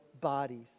bodies